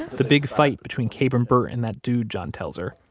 the big fight between kabrahm burt and that dude, john tells her,